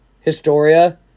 Historia